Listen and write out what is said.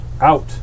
out